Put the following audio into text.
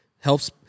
helps